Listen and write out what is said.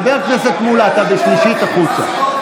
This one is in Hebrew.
חבר הכנסת מולא, אתה בשלישית, החוצה.